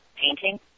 painting